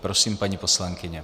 Prosím, paní poslankyně.